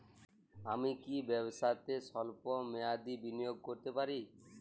আমি কি ব্যবসাতে স্বল্প মেয়াদি বিনিয়োগ করতে পারি?